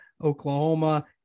oklahoma